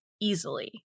easily